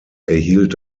erhielt